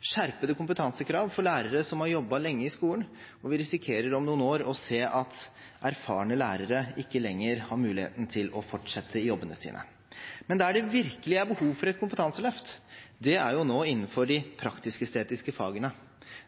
skjerpede kompetansekrav for lærere som har jobbet lenge i skolen, og vi risikerer om noen år å se at erfarne lærere ikke lenger har muligheten til å fortsette i jobbene sine. Men der det nå virkelig er behov for et kompetanseløft, er innenfor de praktisk-estetiske fagene.